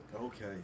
Okay